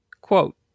Quote